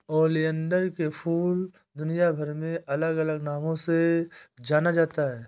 oleander के फूल दुनियाभर में अलग अलग नामों से जाना जाता है